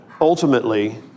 Ultimately